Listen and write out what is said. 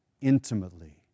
intimately